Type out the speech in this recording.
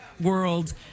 world